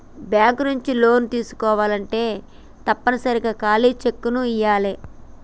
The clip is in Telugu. బ్యేంకు నుంచి లోన్లు తీసుకోవాలంటే తప్పనిసరిగా ఖాళీ చెక్కుని ఇయ్యాలే